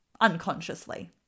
unconsciously